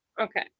okay